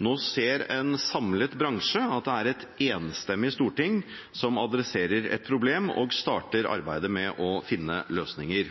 nå ser en samlet bransje at det er et enstemmig storting som adresserer et problem og starter arbeidet med å finne løsninger.